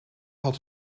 had